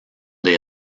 des